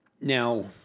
Now